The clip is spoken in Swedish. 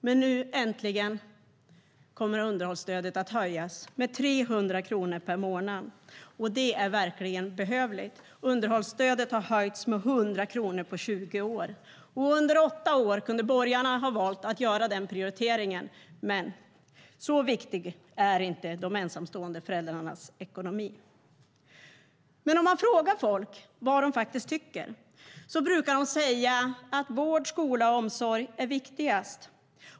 Men nu kommer underhållsstödet äntligen att höjas med 300 kronor per månad, och det är verkligen behövligt. Underhållsstödet har höjts med 100 kronor på 20 år, och under åtta år kunde borgarna ha valt att göra den prioriteringen. Men så viktig är väl inte de ensamstående föräldrarnas ekonomi. Om man frågar folk vad de faktiskt tycker brukar de säga att vård, skola och omsorg är viktigast.